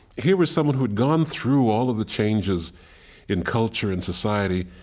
here was someone who'd gone through all of the changes in culture and society,